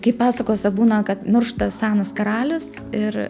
kaip pasakose būna kad miršta senas karalius ir